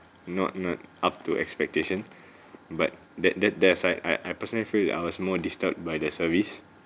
not not up to expectation but that that there's I I personally feel that I was more disturbed by the service